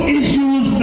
issues